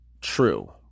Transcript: true